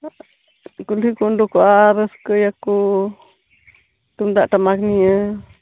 ᱠᱩᱞᱦᱤ ᱠᱚ ᱩᱰᱩᱠᱚᱜᱼᱟ ᱟᱨ ᱨᱟᱹᱥᱠᱟᱹᱭᱟᱠᱚ ᱛᱩᱝᱫᱟᱜ ᱴᱟᱢᱟᱠ ᱱᱤᱭᱟᱹ